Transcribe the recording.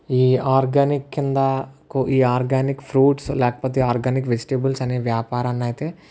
ఈ ఆర్గానిక్ కింద ఈ ఆర్గానిక్ ఫ్రూట్స్ లేకపోతే ఆర్గానిక్ వెజిటబుల్స్ అనే వ్యాపారాన్ని అయితే